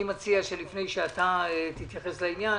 אני מציע שלפני שאתה תתייחס לעניין,